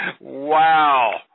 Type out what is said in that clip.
Wow